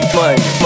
money